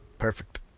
perfect